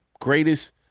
greatest